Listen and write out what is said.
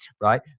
right